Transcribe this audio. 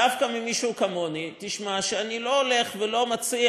דווקא ממישהו כמוני תשמע שאני לא הולך ולא מציע,